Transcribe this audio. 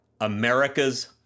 America's